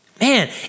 Man